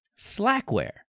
Slackware